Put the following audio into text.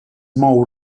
mou